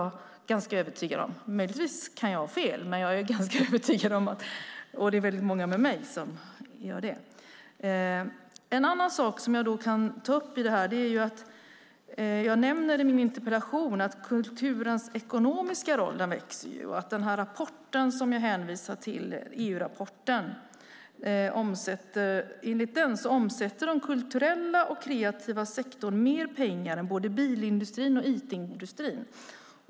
Det är jag ganska övertygad om. Jag nämner i min interpellation att kulturens ekonomiska roll växer. Enligt den EU-rapport som jag hänvisar till omsätter den kulturella och kreativa sektorn mer pengar än både bilindustrin och it-industrin.